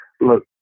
look